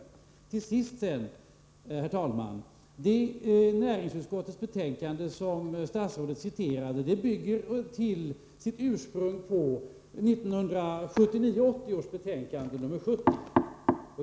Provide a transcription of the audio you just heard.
Slutligen vill jag tillägga, herr talman, att det betänkande från näringsutskottet som statsrådet citerade bygger på 1979/80 års betänkande nr 70.